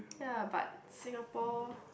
ya but Singapore